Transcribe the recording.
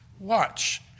Watch